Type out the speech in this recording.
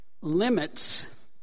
Limits